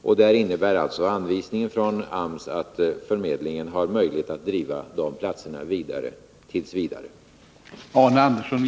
I de fallen innebär alltså anvisningen från arbetsmarknadsstyrelsen att förmedlingen har möjlighet att fortsätta att driva dessa förläggningar t. v.